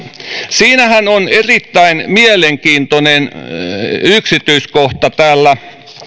siinähän on erittäin mielenkiintoinen yksityiskohta täällä